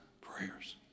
prayers